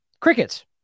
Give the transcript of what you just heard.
crickets